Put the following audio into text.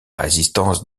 résistance